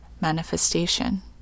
manifestation